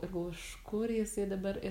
ir galvo iš kur jisai dabar ir